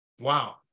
Wow